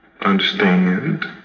understand